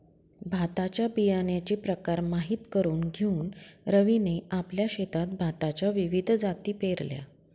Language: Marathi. भाताच्या बियाण्याचे प्रकार माहित करून घेऊन रवीने आपल्या शेतात भाताच्या विविध जाती पेरल्या